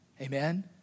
Amen